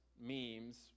memes